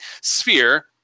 sphere